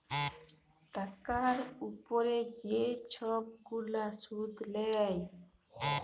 টাকার উপরে যে ছব গুলা সুদ লেয়